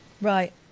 right